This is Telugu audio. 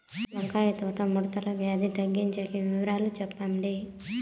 వంకాయ తోట ముడత వ్యాధి తగ్గించేకి వివరాలు చెప్పండి?